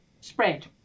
spread